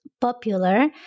popular